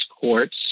courts